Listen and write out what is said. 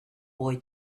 boy